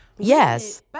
Yes